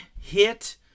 hit